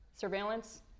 surveillance